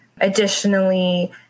Additionally